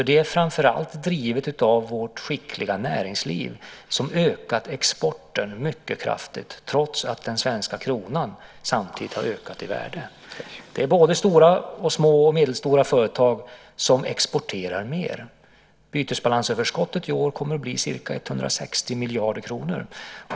Det är framför allt drivet av vårt skickliga näringsliv som ökat exporten mycket kraftigt, trots att den svenska kronan samtidigt har ökat i värde. Det är både stora, små och medelstora företag som exporterar mer. Bytesbalansöverskottet i år kommer att bli ca 160 miljarder kronor.